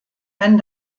wenn